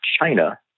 China